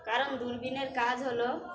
কারণ দূরবীনের কাজ হল